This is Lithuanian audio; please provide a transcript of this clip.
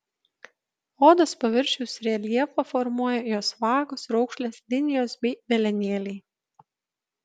odos paviršiaus reljefą formuoja jos vagos raukšlės linijos bei velenėliai